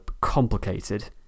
complicated